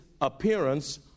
appearance